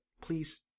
please